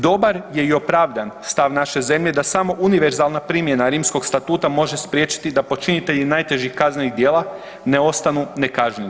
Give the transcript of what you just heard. Dobar je i opravdan stav naše zemlje da samo univerzalna primjena Rimskog statuta može spriječiti da počinitelji najtežih kaznenih djela ne ostanu ne kažnjeni.